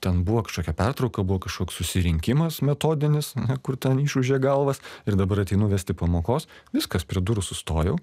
ten buvo kažkokia pertrauka buvo kažkoks susirinkimas metodinis kur ten išūžė galvas ir dabar ateinu vesti pamokos viskas prie durų sustojau